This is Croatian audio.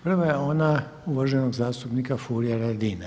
Prva je ona uvaženog zastupnika Furia Radina.